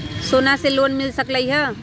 सोना से लोन मिल सकलई ह?